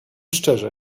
szczerze